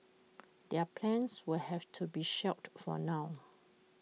their plans will have to be shelved for now